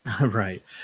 Right